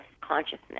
consciousness